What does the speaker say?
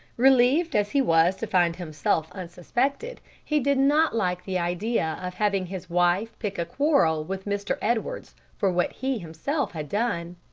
relieved as he was to find himself unsuspected, he did not like the idea of having his wife pick a quarrel with mr. edwards for what he himself had done!